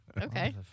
Okay